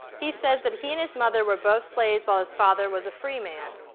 he says that he and his mother were both slaves, while his father was a free man.